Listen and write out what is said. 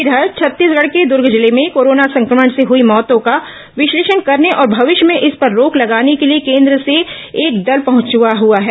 इधर छत्तीसगढ़ के दुर्ग जिले में कोरोना संक्रमण से हुई मौतों का विश्लेषण करने और भविष्य में इस पर रोक लगाने के लिए केन्द्र से एक दल पहुंचा हुआ है